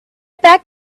back